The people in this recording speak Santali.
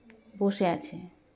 ᱵᱚᱥᱮ ᱟᱪᱷᱮ